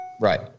Right